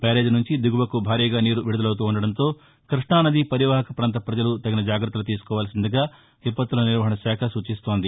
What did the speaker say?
barrage నుంచి దిగువకు భారీగా నీరు విడుదలపుతుండటంతో క్బష్టు నదీ పరీవాహక ప్రాంత పజలు తగిన జాగత్తలు తీసుకోవాల్సిందిగా విపత్తుల నిర్వహణ శాఖ సూచిస్తోంది